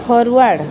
forward